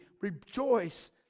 Rejoice